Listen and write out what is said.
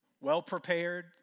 well-prepared